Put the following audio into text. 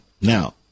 now